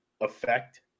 effect